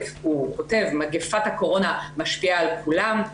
מגיפת הקורונה משפיעה על כולם,